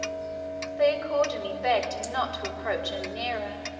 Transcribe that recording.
they accordingly begged him not to approach any nearer,